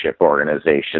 organization